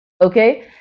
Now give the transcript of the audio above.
Okay